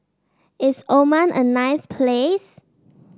is Oman a nice place